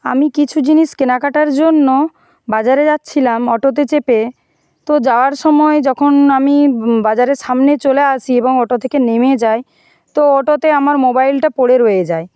আমি কিছু জিনিস কেনাকাটার জন্য বাজারে যাচ্ছিলাম অটোতে চেপে তো যাওয়ার সময় যখন আমি বাজারের সামনে চলে আসি এবং অটো থেকে নেমে যায় তো অটোতে আমার মোবাইলটা পড়ে রয়ে যায়